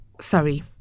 Sorry